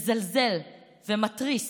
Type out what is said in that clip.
מזלזל ומתריס